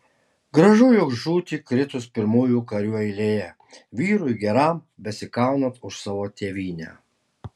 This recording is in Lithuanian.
gražu juk žūti kritus pirmųjų karių eilėje vyrui geram besikaunant už savo tėvynę